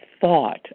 thought